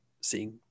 seeing